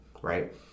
right